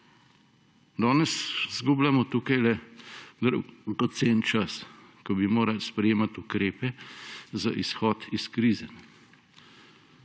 Danes izgubljamo tukajle dragoceni čas, ko bi morali sprejemati ukrepe za izhod iz krize,